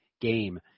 game